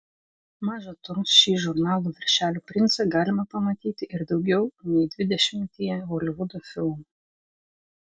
maža to šį žurnalų viršelių princą galima pamatyti ir daugiau nei dvidešimtyje holivudo filmų